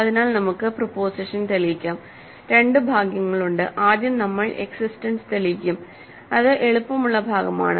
അതിനാൽ നമുക്ക് പ്രിപൊസിഷൻ തെളിയിക്കാം രണ്ട് ഭാഗങ്ങളുണ്ട് ആദ്യം നമ്മൾ എക്സിസ്റ്റൻസ് തെളിയിക്കും അത് എളുപ്പമുള്ള ഭാഗമാണ്